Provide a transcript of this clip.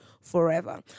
forever